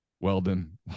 Weldon